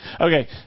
Okay